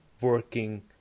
working